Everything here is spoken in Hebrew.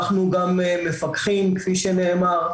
אנחנו גם מפקחים כפי שנאמר,